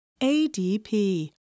ADP